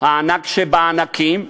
הענק שבענקים,